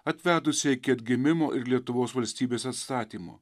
atvedusią iki atgimimo ir lietuvos valstybės atstatymo